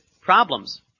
problems